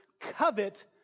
covet